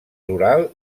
rural